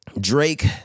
Drake